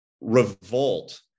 revolt